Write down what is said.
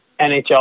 NHL